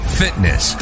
fitness